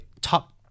top